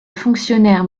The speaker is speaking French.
fonctionnaire